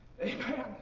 Amen